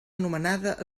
anomenada